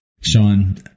Sean